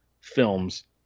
films